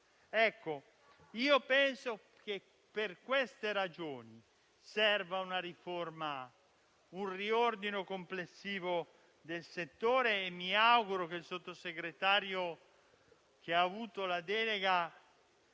Penso che per queste ragioni serva una riforma di riordino complessivo del settore e mi auguro che il Sottosegretario che ha la delega